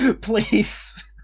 Please